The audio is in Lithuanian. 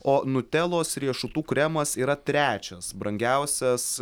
o nutelos riešutų kremas yra trečias brangiausias